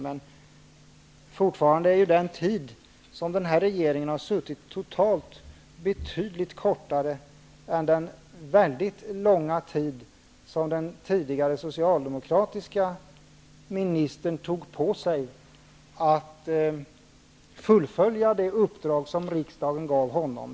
Men fortfarande är den tid som den nuvarande regeringen har suttit totalt betydligt kortare än den långa tid som den tidigare socialdemokratiska ministern tog på sig att fullfölja det uppdrag riksdagen gav honom.